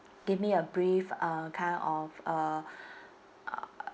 give me a brief uh kind of uh uh